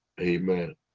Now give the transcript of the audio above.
Amen